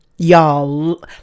Y'all